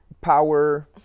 power